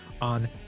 on